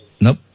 Nope